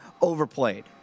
overplayed